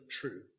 true